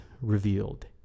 revealed